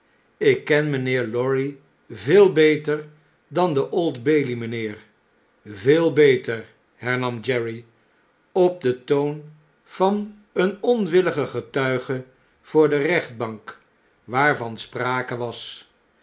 ik ken mijnheer lorry veel beter dan de old bailey mijnheer veel beter hernam jerry op den toon van een onwilligen getuige voor de rechtbank waarvan sprake was